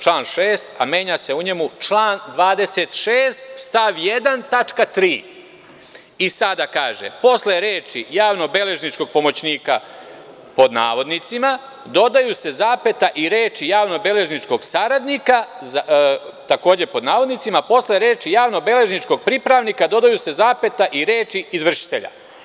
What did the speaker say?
Član 6, a menja se u njemu član 26. stav 1. tačka 3, sada kaže: posle reči: „javno beležničkog pomoćnika“, pod navodnicima, dodaju se zapeta i reči: „javno beležničkog saradnika“, takođe pod navodnicima, posle reči: „javno beležničkog pripravnika“ dodaju se zapeta i reči: „izvršitelja“